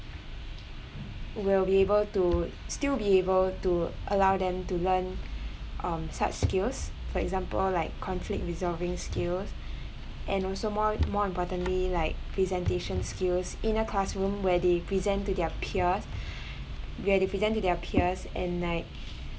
will be able to still be able to allow them to learn um such skills for example like conflict resolving skills and also more more importantly like presentation skills in a classroom where they present to their peers where they present to their peers and like